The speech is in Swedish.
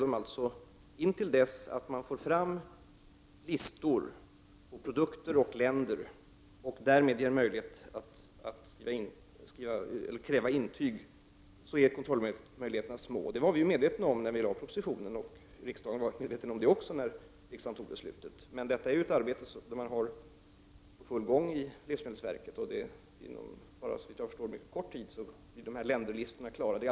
Fram till dess att man får fram listor på produkter och länder, och därmed får en möjlighet att kräva intyg, är kontrollmöjligheterna små. Det var vi medvetna om redan när vi lade fram propositionen, och det var riksdagen medveten om när beslutet fattades. Man arbetar dock för fullt med detta inom livsmedelsverket, och såvitt jag förstår kommer länderlistorna att bli klara inom mycket kort tid.